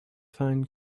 find